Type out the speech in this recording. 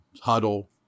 huddle